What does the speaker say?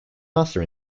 master